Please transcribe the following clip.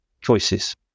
choices